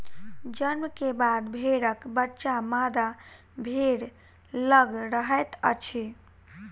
जन्म के बाद भेड़क बच्चा मादा भेड़ लग रहैत अछि